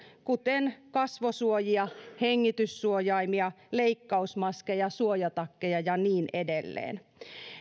kuten kasvosuojia hengityssuojaimia leikkausmaskeja suojatakkeja ja niin edelleen